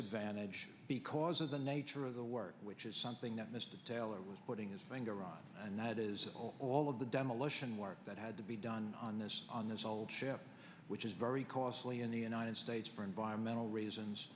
advantage because of the nature of the work which is something that mr taylor was putting his finger on and that is all of the demolition work that had to be done on this on this old ship which is very costly in the united states for environmental reasons